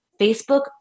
Facebook